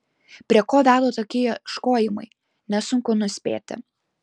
prie ko veda tokie ieškojimai nesunku nuspėti